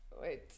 wait